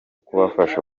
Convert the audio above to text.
kubafasha